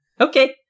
Okay